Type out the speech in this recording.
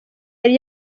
yari